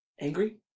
angry